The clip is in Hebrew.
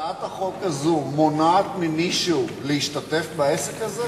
הצעת החוק הזאת מונעת ממישהו להשתתף בעסק הזה?